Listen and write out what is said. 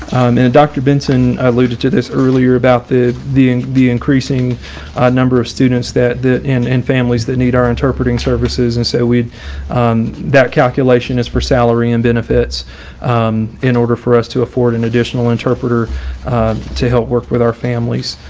and dr. benson, i alluded to this earlier about the the the increasing number of students that that and families that need our interpreting services and so we that calculation calculation is for salary and benefits in order for us to afford an additional interpreter to help work with our families.